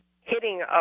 hitting